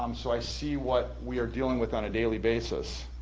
um so i see what we are dealing with on a daily basis.